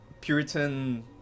Puritan